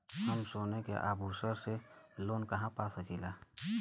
हम सोने के आभूषण से लोन कहा पा सकीला?